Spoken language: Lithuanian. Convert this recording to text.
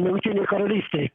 jungtinėj karalystėj